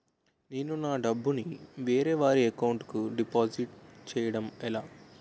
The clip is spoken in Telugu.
నేను నా డబ్బు ని వేరే వారి అకౌంట్ కు డిపాజిట్చే యడం ఎలా?